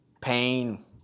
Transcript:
pain